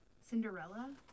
Cinderella